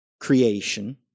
creation